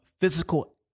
physical